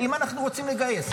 אם אנחנו רוצים לגייס.